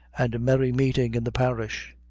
and merry-meeting in the parish.